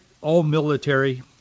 all-military